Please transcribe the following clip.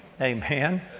Amen